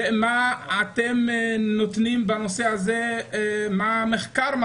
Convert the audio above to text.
כמה כאלה יש ובנושא הזה מה מראה המחקר?